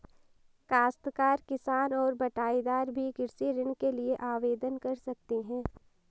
काश्तकार किसान और बटाईदार भी कृषि ऋण के लिए आवेदन कर सकते हैं